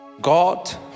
God